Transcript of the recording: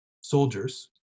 soldiers